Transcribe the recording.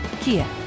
Kia